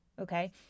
Okay